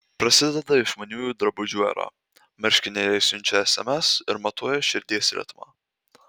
prasideda išmaniųjų drabužių era marškinėliai siunčia sms ir matuoja širdies ritmą